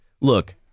Look